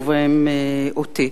ובהם אותי.